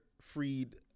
freed